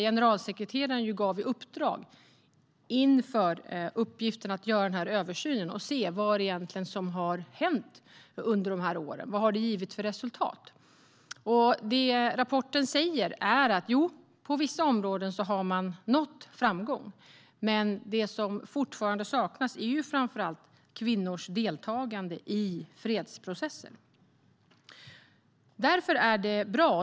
Generalsekreteraren gav i uppdrag inför översynen att se vad som egentligen har hänt under åren. Vad har det gett för resultat? Det rapporten säger är att på vissa områden har man nått framgång. Men det som fortfarande saknas är framför allt kvinnors deltagande i fredsprocessen.